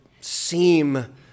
seem